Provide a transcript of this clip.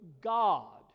God